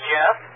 Jeff